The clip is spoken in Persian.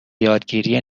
یادگیری